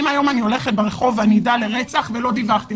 אם היום אני הולכת ברחוב ואני עדה לרצח ולא דיווחתי,